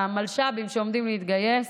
המלש"בים שעומדים להתגייס.